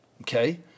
Okay